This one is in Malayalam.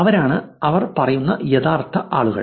അവരാണ് അവർ പറയുന്ന യഥാർത്ഥ ആളുകൾ